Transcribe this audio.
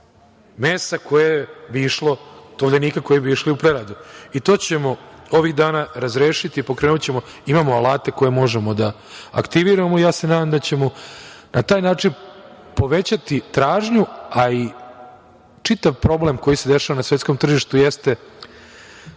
mesa, tovljenika koji bi išli u preradu. To ćemo ovih dana razrešiti, pokrenućemo, imamo alate koje možemo da aktiviramo i ja se nadam da ćemo na taj način povećati tražnju, a i čitav problem koji se dešava na svetskom tržištu jeste